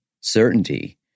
certainty